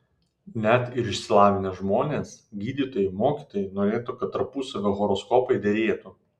net ir išsilavinę žmonės gydytojai mokytojai norėtų kad tarpusavio horoskopai derėtų